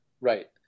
Right